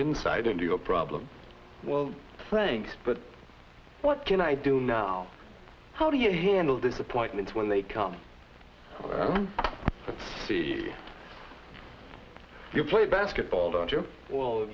insight into your problem well playing but what can i do now how do you handle disappointment when they come see you play basketball don't you